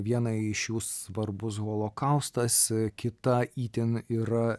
vienai iš jų svarbus holokaustas kita itin yra